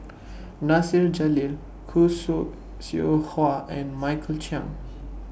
Nasir Jalil Khoo Su Seow Hwa and Michael Chiang